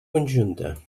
conjunta